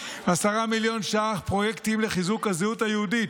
10 מיליון ש"ח, פרויקטים לחיזוק הזהות היהודית.